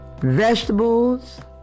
vegetables